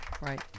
right